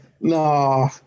no